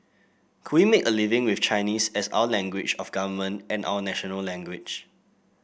could we make a living with Chinese as our language of government and our national language